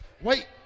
Wait